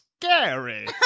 scary